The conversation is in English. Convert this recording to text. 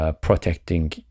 protecting